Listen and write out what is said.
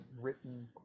written